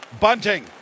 Bunting